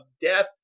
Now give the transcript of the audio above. death